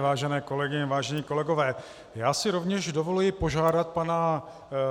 Vážené kolegyně, vážení kolegové, já si rovněž dovoluji požádat pana